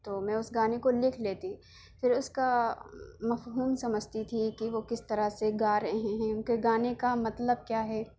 تو میں اس گانے کو لکھ لیتی پھر اس کا مفہوم سمجھتی تھی کہ وہ کس طرح سے گا رہے ہیں ان کے گانے کا مطلب کیا ہے